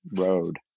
road